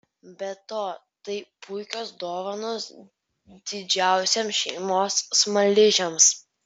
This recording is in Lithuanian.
be to tai puikios dovanos didžiausiems šeimos smaližiams